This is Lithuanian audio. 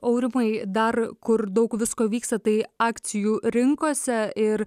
aurimai dar kur daug visko vyksta tai akcijų rinkose ir